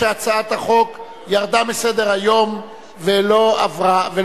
ההצעה להסיר מסדר-היום את הצעת חוק חינוך ממלכתי (תיקון,